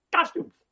costumes